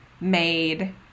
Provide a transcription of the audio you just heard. made